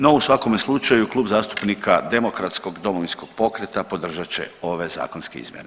No u svakome slučaju Klub zastupnika demokratskog Domovinskog pokreta podržat će ove zakonske izmjene.